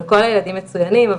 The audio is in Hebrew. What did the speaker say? אבל כל הילדים מצוינים ,